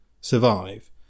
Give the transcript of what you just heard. survive